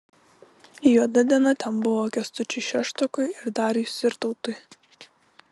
juoda diena ten buvo kęstučiui šeštokui ir dariui sirtautui